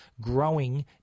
growing